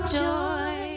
joy